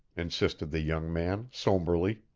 insisted the young man, sombrely.